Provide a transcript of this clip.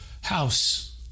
house